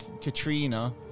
Katrina